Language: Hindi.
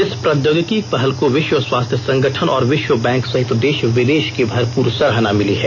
इस प्रौद्योगिकी पहल को विश्व स्वास्थ्य संगठन और विश्व बैंक सहित देश विदेश की भरपुर सराहना मिली है